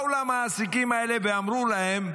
באו למעסיקים האלה ואמרו להם: